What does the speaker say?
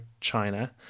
China